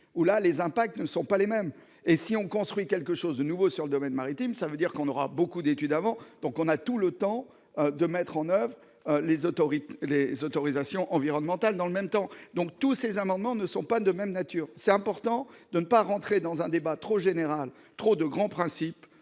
où là les impacts ne sont pas les mêmes, et si on construit quelque chose de nouveau sur le domaine maritime, ça veut dire qu'on aura beaucoup d'études avant, donc on a tout le temps de mettre en oeuvre les autorités et les autorisations environnementales dans le même temps, donc tous ces amendements ne sont pas de même nature, c'est important de ne pas rentrer dans un débat trop générale, trop de grands principes